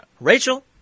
Rachel